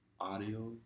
audio